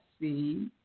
see